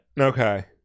Okay